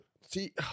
see